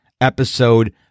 episode